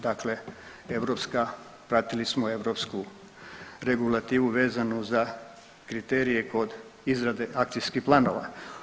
Dakle, pratili smo europsku regulativu vezanu za kriterije kod izrade akcijskih planova.